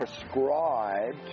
prescribed